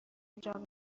انجام